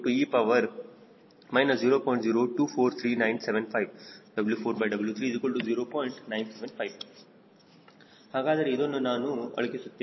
975 ಹಾಗಾದರೆ ಇದನ್ನು ನಾನು ಅಳುಕಿಸುತ್ತೇನೆ